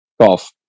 Golf